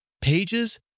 pages